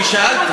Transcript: אני שאלתי.